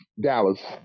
Dallas